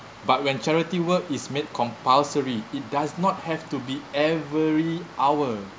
but when charity work is made compulsory it does not have to be every hour